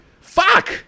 Fuck